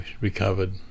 recovered